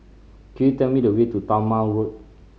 could you tell me the way to Talma Road